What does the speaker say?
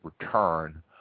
return